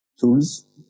tools